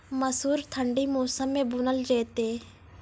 मसूर ठंडी मौसम मे बूनल जेतै?